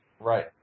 Right